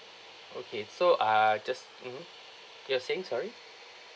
okay so ah just mmhmm you're saying sorry